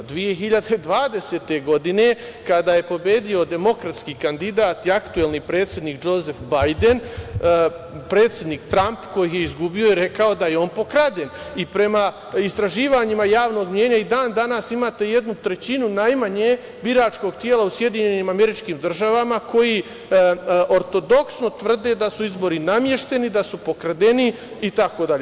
Godine 2020. kada je pobedio demokratski kandidat i aktuelni predsednik Džozef Bajden predsednik Tramp, koji je izgubio, je rekao da je on pokraden i prema istraživanjima javnog mnjenja i dan danas imate jednu trećinu najmanje biračkog tela u SAD koji ortodoksno tvrde da su izbori namešteni, da su pokradeni, itd.